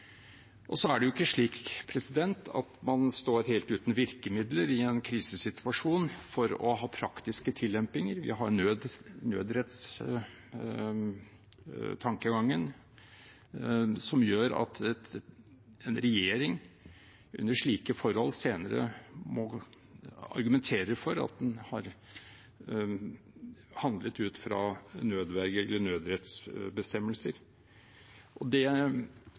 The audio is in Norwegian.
Man står ikke helt uten virkemidler for å ha praktiske tillempinger i en krisesituasjon. Vi har nødrettstankegangen, som gjør at en regjering under slike forhold senere må argumentere for at man har handlet ut fra nødrettsbestemmelser. Slik skal det også være i fortsettelsen, og poenget er at det